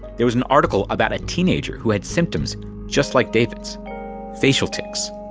there was an article about a teenager who had symptoms just like david's facial tics,